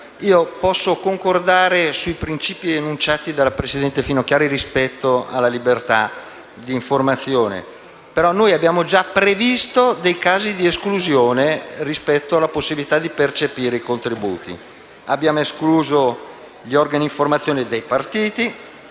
Io posso concordare sui principi enunciati dalla presidente Finocchiaro rispetto alla libertà di informazione. Ma noi abbiamo già previsto casi di esclusione rispetto alla possibilità di percepire i contributi. Abbiamo escluso gli organi di informazione dei partiti